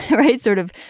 but right sort of.